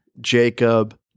Jacob